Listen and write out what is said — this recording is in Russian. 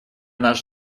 наш